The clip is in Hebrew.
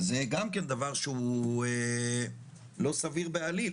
זה גם דבר לא סביר בעליל.